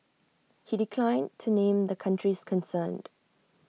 he declined to name the countries concerned